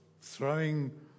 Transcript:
throwing